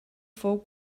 fou